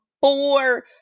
four